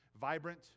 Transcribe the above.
vibrant